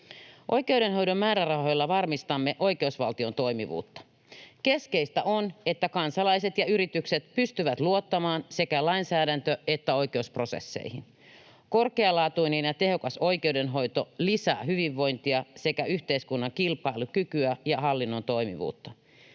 Oikeudenhoidon määrärahoilla varmistamme oikeusvaltion toimivuutta. Keskeistä on, että kansalaiset ja yritykset pystyvät luottamaan sekä lainsäädäntö- että oikeusprosesseihin. Korkealaatuinen ja tehokas oikeudenhoito lisää hyvinvointia sekä yhteiskunnan kilpailukykyä ja hallinnon toimivuutta.